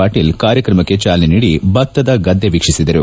ಪಾಟೀಲ್ ಕಾರ್ಯಕ್ರಮಕ್ಕೆ ಚಾಲನೆ ನೀಡಿ ಭತ್ತದ ಗದ್ದೆ ವೀಕ್ವಿಸಿದರು